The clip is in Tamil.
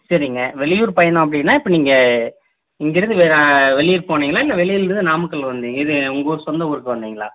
சரிங்க வெளியூர் பயணம் அப்படின்னா இப்போ நீங்கள் இங்கேருந்து வேறு வெளியூர் போனீங்களா இல்லை வெளியூர்லேருந்து நாமக்கல் வந்தீங்க இது உங்கூர் சொந்த ஊருக்கு வந்தீங்களா